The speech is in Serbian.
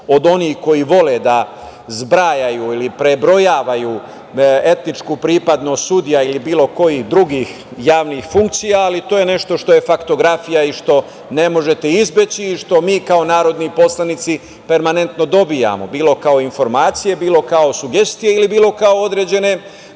od onih koji vole da zbrajaju, ili prebrojavaju etničku pripadnost sudija ili bilo kojih drugih javnih funkcija, ali to je nešto što je faktografija i što ne možete izbeći i što mi, kao narodni poslanici permanentno dobijamo, bilo kao informacije, bilo kao sugestije, ili bilo kao određene